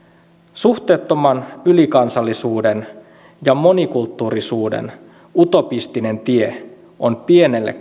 suhteettoman ylikansallisuuden ja monikulttuurisuuden utopistinen tie on pienelle